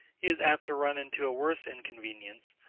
he is apt to run into a worse inconvenience,